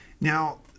Now